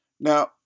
Now